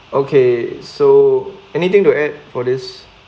okay so anything to add for this